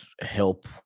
help